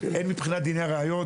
הן מבחינת דיני ראיות